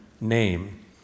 name